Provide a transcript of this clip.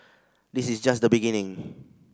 this is just the beginning